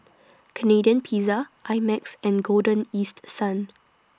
Canadian Pizza I Max and Golden East Sun